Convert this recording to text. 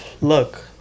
look